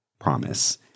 promise